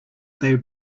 they